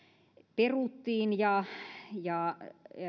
peruttiin ja ja